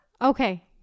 okay